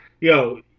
yo